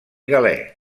galè